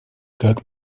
как